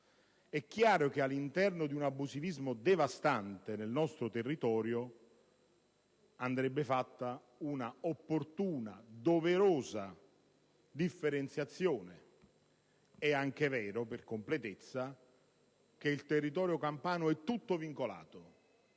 È chiaro che all'interno di un abusivismo devastante nel nostro territorio andrebbe fatta una opportuna e doverosa differenziazione. È anche vero, per completezza, che il territorio campano è tutto vincolato: